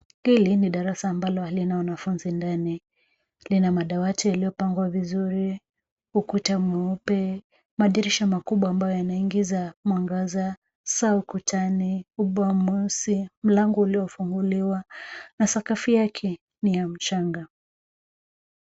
Hili ni darasa ambalo halina wanafunzi ndani. Lina madawati yaliyopangwa vizuri, ukuta mweupe, madirisha makubwa ambayo yanaingiza mwangaza, saa ukutani, ubao mweusi, mlango uliofunguliwa na sakafu yake ni ya mchanga.